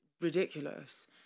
ridiculous